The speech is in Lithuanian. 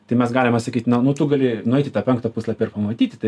tai mes galima sakyti na tu gali nueit į tą penktą puslapį ir pamatyti tai